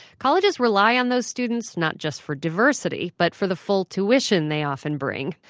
colleges rely on those students not just for diversity, but for the full tuition they often bring.